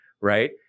right